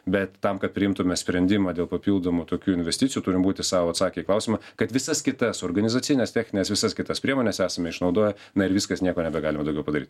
bet tam kad priimtume sprendimą dėl papildomų tokių investicijų turim būti sau atsakę į klausimą kad visas kitas organizacines technines visas kitas priemones esame išnaudoję na ir viskas nieko nebegalime daugiau padary